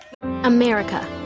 America